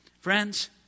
Friends